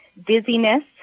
Dizziness